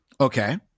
Okay